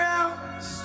else